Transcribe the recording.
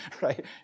right